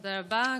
תודה רבה.